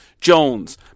Jones